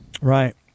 Right